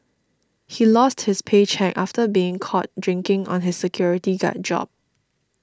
he lost his paycheck after being caught drinking on his security guard job